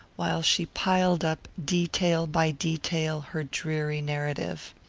while she piled up, detail by detail, her dreary narrative.